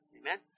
Amen